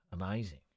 Amazing